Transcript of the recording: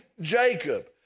Jacob